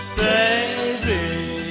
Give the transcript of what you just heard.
baby